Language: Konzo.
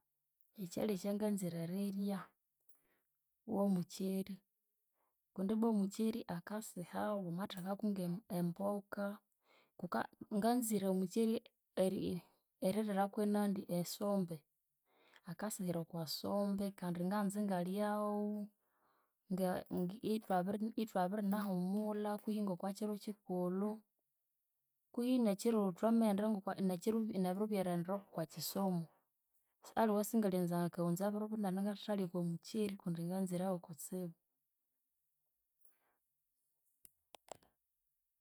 Ekyalya ekyanganzire erirya womukyeri. Kundi ibwa omukyeri akasiha wama thekaku nge- emboka kuka, nganzire omukyeri eririra kwenandi esombe akasiha okwasombe kandi nganza ingalyawu ithwabiri ithwabirinahumulha kwihi ngokwakyiru kyikulhu kwihi nekyiru thwamaghenda nebiru byerighendera kwakyisomo. Aliwe singalyanza ngakawunza biru binene ngathithalya okwamukyeri kundi nganzirewu kutsibu